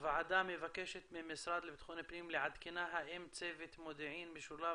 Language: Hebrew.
הוועדה מבקשת מהמשרד לבטחון פנים לעדכנה האם צוות מודיעין משולב